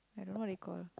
I don't know what they call